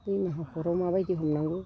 दैमा हाखराव माबायदि हमनांगौ